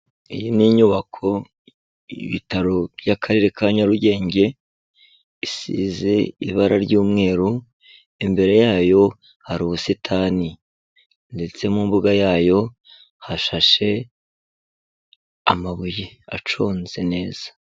Iyi ni inyubako, ibitaro by'akarere ka Nyarugenge, isize ibara ry'umweru, imbere yayo hari ubusitani. Ndetse mu mbuga yayo, hashashe amabuye aconze neza.